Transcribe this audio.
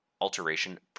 alteration